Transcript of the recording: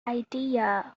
idea